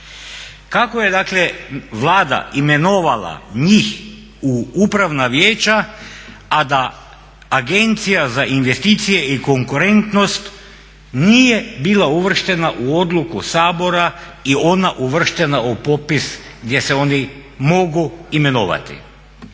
dakle Vlada imenovala njih u upravna vijeća, a da Agencija za investicije i konkurentnost nije bila uvrštena u odluku Sabora i ona uvrštena u popis gdje se oni mogu imenovati.